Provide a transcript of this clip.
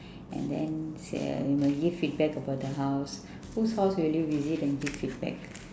and then say must give feedback about the house whose house will you visit and give feedback